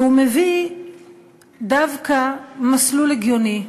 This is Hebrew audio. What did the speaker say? והוא מביא דווקא מסלול הגיוני,